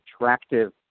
attractive